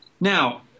now